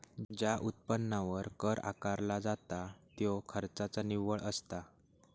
ज्या उत्पन्नावर कर आकारला जाता त्यो खर्चाचा निव्वळ असता